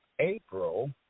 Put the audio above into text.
April